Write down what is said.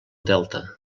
delta